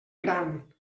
gran